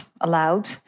allowed